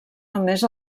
només